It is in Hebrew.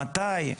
מתי.